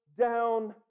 down